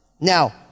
Now